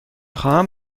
خواهم